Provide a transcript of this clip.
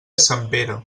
sempere